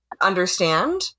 understand